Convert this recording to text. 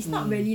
mm